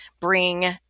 bring